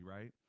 right